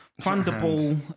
Thunderball